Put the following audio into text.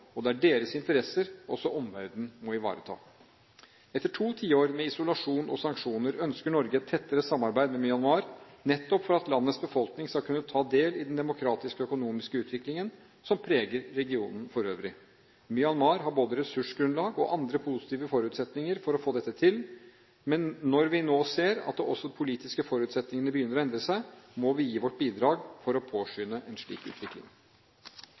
og det er deres interesser også omverdenen må ivareta. Etter to tiår med isolasjon og sanksjoner ønsker Norge et tettere samarbeid med Myanmar, nettopp for at landets befolkning skal kunne ta del i den demokratiske og økonomiske utviklingen som preger regionen for øvrig. Myanmar har både ressursgrunnlag og andre positive forutsetninger for å få dette til. Men når vi nå ser at også de politiske forutsetningene begynner å endre seg, må vi gi vårt bidrag for å påskynde en slik utvikling.